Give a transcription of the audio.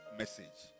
message